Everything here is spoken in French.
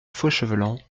fauchelevent